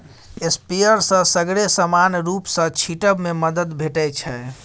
sprayer सँ सगरे समान रुप सँ छीटब मे मदद भेटै छै